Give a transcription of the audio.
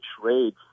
trade